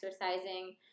exercising